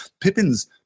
Pippin's